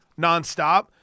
nonstop